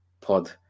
pod